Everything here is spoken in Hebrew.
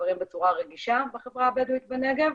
הדברים בצורה רגישה בחברה הבדואית בנגב,